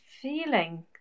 feeling